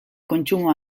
kontsumoa